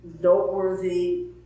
noteworthy